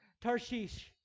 Tarshish